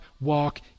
walk